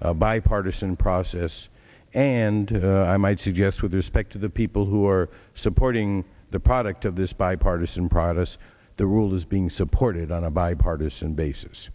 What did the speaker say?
a bipartisan process and i might suggest with respect to the people who are supporting the product of this bipartisan process the rules is being supported on a bipartisan basis